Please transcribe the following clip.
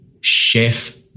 chef